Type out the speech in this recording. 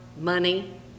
money